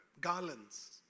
garlands